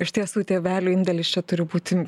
iš tiesų tėvelių indėlis čia turi būti